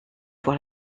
pour